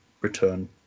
return